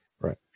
Right